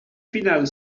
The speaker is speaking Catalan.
final